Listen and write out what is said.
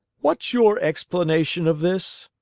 what's your explanation of this?